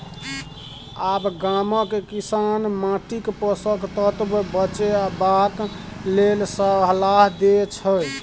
आब गामक किसान माटिक पोषक तत्व बचेबाक लेल सलाह दै छै